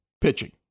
pitching